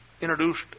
introduced